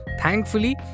Thankfully